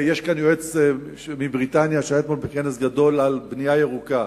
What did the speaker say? יש כאן יועץ מבריטניה שהיה אתמול בכנס גדול על בנייה ירוקה.